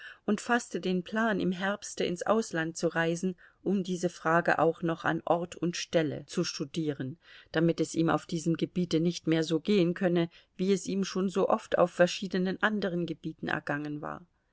und faßte den plan im herbste ins ausland zu reisen um diese frage auch noch an ort und stelle zu studieren damit es ihm auf diesem gebiete nicht mehr so gehen könne wie es ihm schon so oft auf verschiedenen anderen gebieten ergangen war